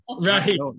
Right